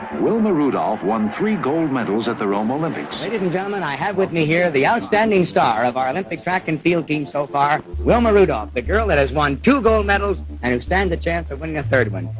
wilma rudolph won three gold medals at the rome olympics ladies and gentlemen, i have with me here the outstanding star of our olympic track and field team so far, wilma rudolph, the girl that has won two gold medals and stands a chance of winning a third one.